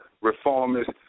reformist